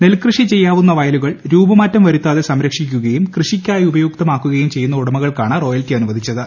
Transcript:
നെൽകൃഷി ചെയ്യാവുന്ന വയലുകൾ രൂപമാറ്റം വരുത്താതെ സംരക്ഷിക്കുകയും കൃഷിക്കായി ഉപയുക്തമാക്കുകയും ചെയ്യുന്ന ഉടമകൾക്കാണ് റോയൽറ്റി അനുവദിച്ചത്